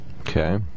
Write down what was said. Okay